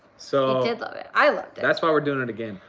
so did love it. i loved it. that's why we're doing it again.